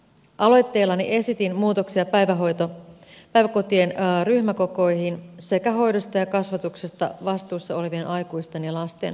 aloitteellani esitin muutoksia päiväkotien ryhmäkokoihin sekä hoidosta ja kasvatuksesta vastuussa olevien aikuisten ja lasten suhdelukuun